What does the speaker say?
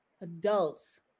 adults